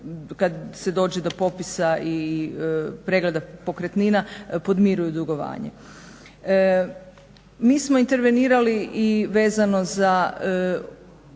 kad se dođe do popisa i pregleda pokretnina podmiruju dugovanje. Mi smo intervenirali i vezano za